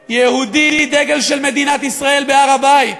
דגל יהודי, דגל של מדינת ישראל, בהר-הבית.